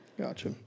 gotcha